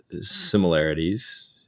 similarities